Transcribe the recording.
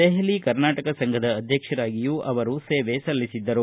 ದೆಪಲಿ ಕರ್ನಾಟಕ ಸಂಫದ ಅಧ್ಯಕ್ಷರಾಗಿಯೂ ಅವರು ಸೇವೆ ಸಲ್ಲಿಸಿದ್ದರು